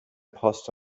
post